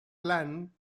plan